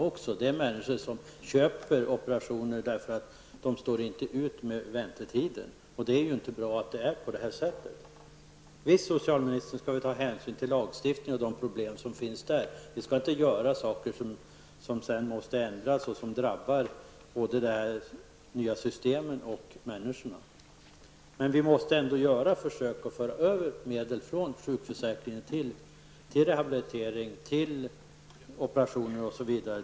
Det finns människor som köper operationer därför att de inte står ut med väntetiden. Det är ju inte bra att det är på det här sättet! Visst skall vi, socialministern, ta hänsyn till lagstiftning och de problem som finns på detta område. Vi skall inte fatta beslut om saker som sedan måste ändras och som drabbar både det nya försäkringssystemet och människorna. Vi måste ändå göra försök att föra över medel från sjukförsäkringen till rehabilitering, operationer osv.